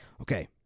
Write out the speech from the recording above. okay